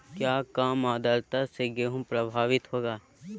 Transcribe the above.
क्या काम आद्रता से गेहु प्रभाभीत होगा?